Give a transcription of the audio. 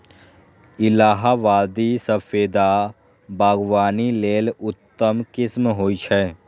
इलाहाबादी सफेदा बागवानी लेल उत्तम किस्म होइ छै